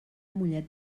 mollet